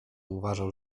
uważał